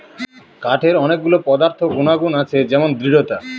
কাঠের অনেক গুলো পদার্থ গুনাগুন আছে যেমন দৃঢ়তা